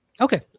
Okay